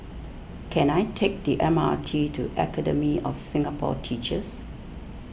can I take the M R T to Academy of Singapore Teachers